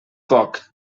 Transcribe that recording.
poc